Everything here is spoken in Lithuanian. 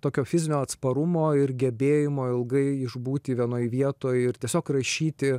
tokio fizinio atsparumo ir gebėjimo ilgai išbūti vienoj vietoj ir tiesiog rašyti